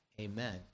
Amen